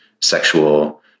sexual